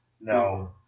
No